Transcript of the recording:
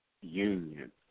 union